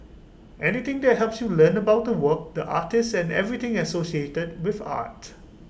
anything that helps you learn about the work the artist and everything associated with art